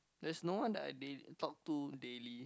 there's no one that I did talk to daily